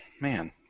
man